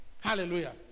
Hallelujah